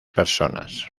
personas